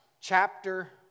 chapter